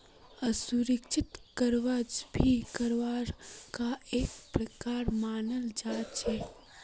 असुरिक्षित कर्जाक भी कर्जार का एक प्रकार मनाल जा छे